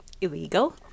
illegal